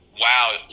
Wow